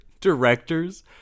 directors